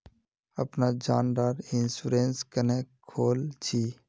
अपना जान डार इंश्योरेंस क्नेहे खोल छी?